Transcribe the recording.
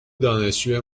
دانشجوی